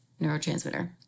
neurotransmitter